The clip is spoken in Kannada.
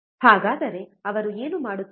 ಹಾಗಾದರೆ ಅವರು ಏನು ಮಾಡುತ್ತಿದ್ದಾರೆ